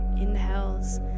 Inhales